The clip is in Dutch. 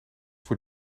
voor